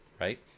right